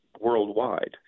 worldwide